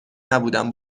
نبودم